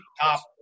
top